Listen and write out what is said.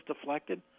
deflected